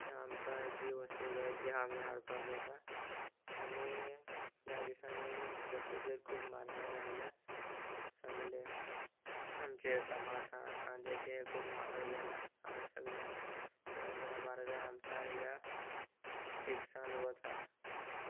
आमकां जी वस्तू जाय ती आमी हाडपाक वता आनी ह्या दिसांनी वस्तूचेर खूब म्हारगाय आयल्या सगले आमचे टमाटां कांदे हें खूब म्हारग जालां आनी सगल्या चड म्हळ्यार म्हारगाय आमच्या ह्या एक सांत वता